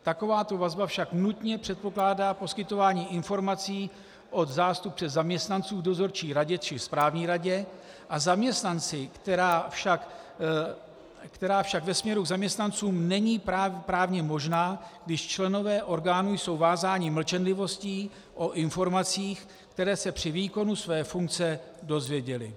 Takováto vazba však nutně předpokládá poskytování informací od zástupce zaměstnanců v dozorčí radě či správní radě a zaměstnanci, která však ve směru k zaměstnancům není právně možná, když členové orgánů jsou vázáni mlčenlivostí o informacích, které se při výkonu své funkce dozvěděli.